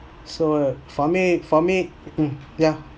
so for me for me uh yeah